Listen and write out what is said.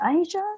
Asia